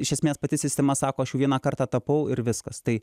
iš esmės pati sistema sako aš jau vieną kartą tapau ir viskas tai